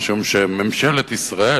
משום שממשלות ישראל,